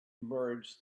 merge